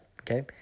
Okay